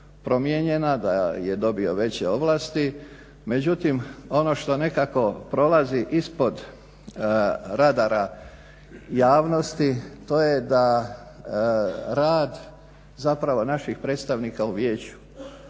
promijenjena, da je dobio veće ovlasti. Međutim ono što nekako prolazi ispod radara javnosti to je da rad zapravo naših predstavnika u vijeću.